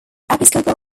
episcopal